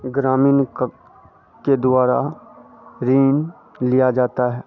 ग्रामीण के द्वारा ऋण लिया जाता है